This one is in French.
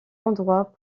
endroits